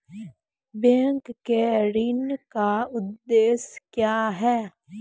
Bank के ऋण का उद्देश्य क्या हैं?